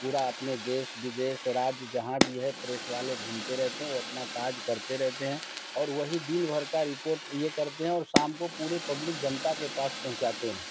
पूरा अपने देश विदेश और राज्य जहाँ भी है प्रेस वाले घूमते रहते हैं वो अपना काज करते रहते हैं और वही दिन भर का रिपोट ये करते हैं और शाम को पूरी पुब्लिक जनता के पास पहुंचाते है